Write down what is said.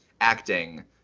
acting